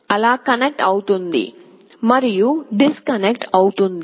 switch అలా connect అవుతుంది మరియు డిస్కనెక్ట్ అవుతుంది